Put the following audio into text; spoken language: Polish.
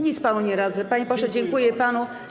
Nic panu nie radzę, panie pośle, dziękuję panu.